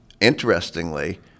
Interestingly